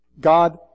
God